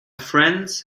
friends